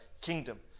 kingdom